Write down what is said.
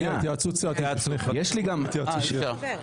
הוא לא חבר.